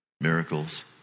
miracles